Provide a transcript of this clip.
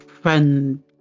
friend